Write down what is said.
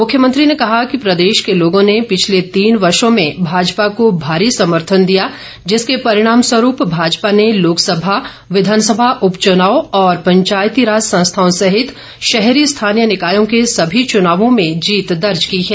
मुख्यमंत्री ने कहा कि प्रदेश के लोगों ने पिछले तीन वर्षों में भाजपा को भारी समर्थन दिया जिसके परिणामस्वरूप भाजपा ने लोकसभा विधानसभा उपचुनावों और पंचायतीराज संस्थाओं सहित शहरी स्थानीय निकायों के सभी चुनावों में जीत दर्ज की है